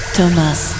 Thomas